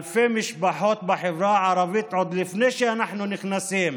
אלפי משפחות בחברה הערבית, עוד לפני שאנחנו נכנסים